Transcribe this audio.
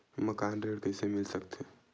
मकान ऋण कइसे मिल सकथे?